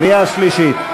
קריאה שלישית.